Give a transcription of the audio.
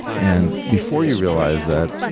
and before you realize that,